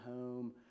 home